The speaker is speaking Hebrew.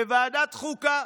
בוועדת חוקה.